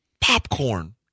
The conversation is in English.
Popcorn